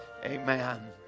amen